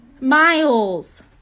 Miles